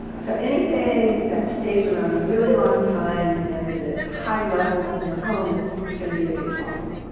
so anything that stays around a really long time and is at high levels in your home is going to be a big problem.